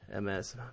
ms